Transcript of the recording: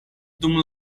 dum